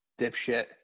dipshit